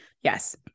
Yes